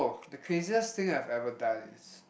the craziest thing I've ever done is